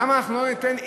למה אנחנו לא ניתן,